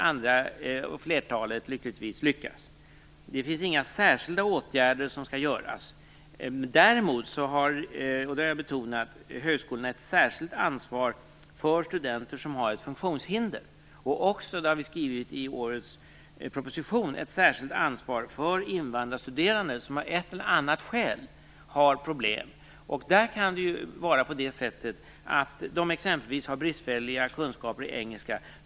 Andra, och lyckligtvis flertalet, lyckas. Det finns inga särskilda åtgärder som skall vidtas. Däremot har högskolan ett särskilt ansvar - det har jag betonat - för studenter som har ett funktionshinder. Högskolan har också ett särskilt ansvar för invandrarstuderande som av ett eller annat skäl har problem. Det har vi skrivit i årets proposition. De kan exempelvis ha bristfälliga kunskaper i engelska.